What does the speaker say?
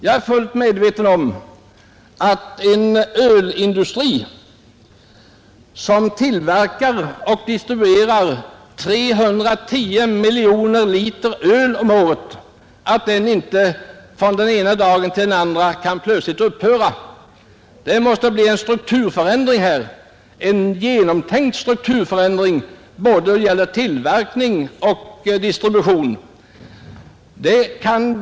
Jag är fullt medveten om att en ölindustri, som tillverkar och distribuerar 310 miljoner liter öl om året, inte från den ena dagen till den andra plötsligt kan upphöra med sin produktion. Det måste bli en genomtänkt strukturförändring när det gäller både tillverkning och distribution.